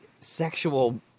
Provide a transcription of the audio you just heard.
sexual